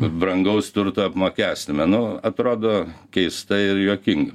brangaus turto apmokestinimą nu atrodo keista ir juokinga